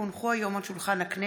כי הונחו היום על שולחן הכנסת,